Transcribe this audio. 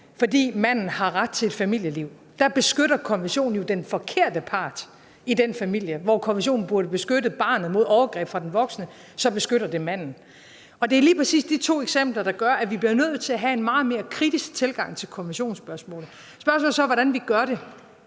fordi manden har ret til et familieliv. Der beskytter konventionen jo den forkerte part i den familie. Hvor konventionen burde beskytte barnet mod overgreb fra den voksne, så beskytter den manden. Det er lige præcis de to eksempler, der gør, at vi bliver nødt til at have en meget mere kritisk tilgang til konventionsspørgsmålet. Spørgsmålet er så, hvordan vi gør det.